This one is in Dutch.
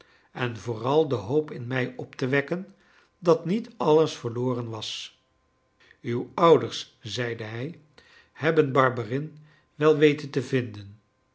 en vooral de hoop in mij op te wekken dat niet alles verloren was uw ouders zeide hij hebben barberin wel weten te vinden